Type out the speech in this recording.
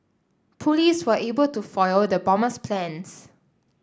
police were able to foil the bomber's plans